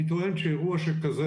אני טוען שאירוע שכזה